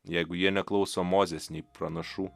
jeigu jie neklauso mozės nei pranašų